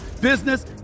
business